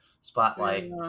spotlight